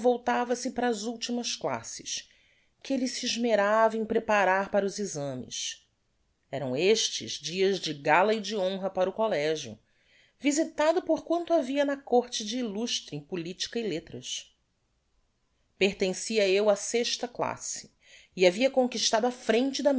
para as ultimas classes que elle se esmerava em preparar para os exames eram estes dias de gala e de honra para o collegio visitado por quanto havia na côrte de illustre em politica e lettras pertencia eu á sexta classe e havia conquistado a frente da